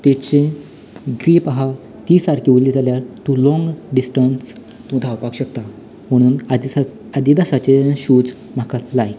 तेची ग्रिप आसा ती सारकी उल्ली जाल्यार तूं लाँग डिस्टन्स तूं धांवपाक शकता म्हणून आदिसा आदिदासाचें शूज म्हाका लायक